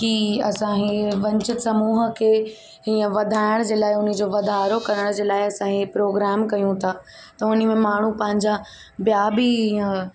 की असां इहे वंचित समूह खे हीअं वधाइण जे लाइ उन जो वाधारो करण जे लाइ असां इहे प्रोग्राम कयूं था त हुन में माण्हू पंहिंजा ॿियां बि